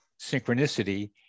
synchronicity